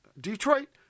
Detroit